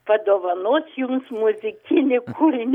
padovanos jums muzikinį kūrinį